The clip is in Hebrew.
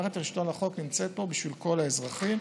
מערכת שלטון החוק נמצאת פה בשביל כל האזרחים.